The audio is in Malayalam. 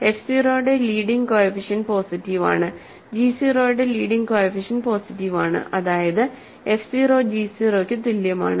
f 0 ന്റെ ലീഡിങ് കോഎഫിഷ്യന്റ് പോസിറ്റീവ് ആണ് g 0 ന്റെ ലീഡിങ് കോഎഫിഷ്യന്റ് പോസിറ്റീവ് ആണ് അതായത് f 0 g 0 ക്കു തുല്യമാണ്